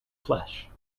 flesh